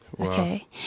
Okay